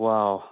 Wow